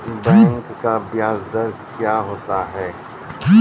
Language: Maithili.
बैंक का ब्याज दर क्या होता हैं?